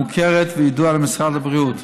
מוכרת וידועה למשרד הבריאות.